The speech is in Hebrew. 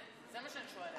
זה מה שאני שואלת.